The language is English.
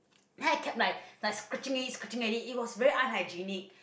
then I kept like scratching already scratching already it was very unhygienic